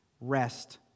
rest